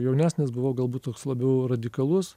jaunesnis galvoju galbūt toks labiau radikalus